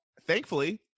Thankfully